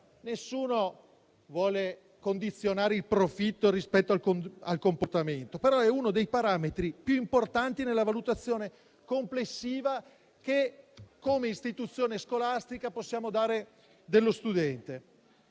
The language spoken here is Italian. Nessuno vuole condizionare il profitto rispetto al comportamento, però è uno dei parametri più importanti nella valutazione complessiva che, come istituzione scolastica, possiamo dare dello studente.